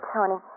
Tony